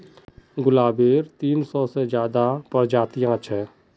गुलाबेर तीन सौ से ज्यादा प्रजातियां छेक